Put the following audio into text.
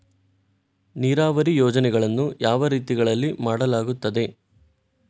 ನೀರಾವರಿ ಯೋಜನೆಗಳನ್ನು ಯಾವ ರೀತಿಗಳಲ್ಲಿ ಮಾಡಲಾಗುತ್ತದೆ?